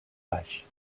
baix